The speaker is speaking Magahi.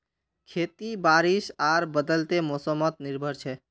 खेती बारिश आर बदलते मोसमोत निर्भर छे